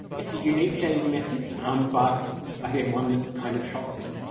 it's a unique dating method um but again one that kind of shocked me.